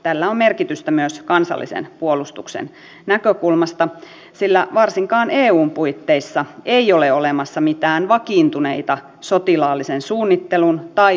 tällä on merkitystä myös kansallisen puolustuksen näkökulmasta sillä varsinkaan eun puitteissa ei ole olemassa mitään vakiintuneita sotilaallisen suunnittelun tai yhteistoiminnan rakenteita